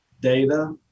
data